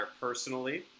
personally